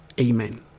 Amen